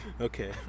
Okay